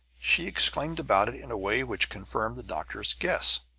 she exclaimed about it in a way which confirmed the doctor's guess.